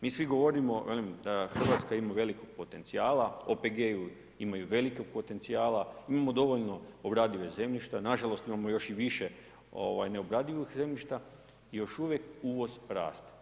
Mi svi govorimo, velim, Hrvatska ima velikog potencijala, OPG-ovi imaju velikog potencijala, mi imamo dovoljno obradivog zemljišta, nažalost imamo još i više neobradivog zemljišta i još uvijek uvoz raste.